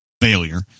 failure